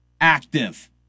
active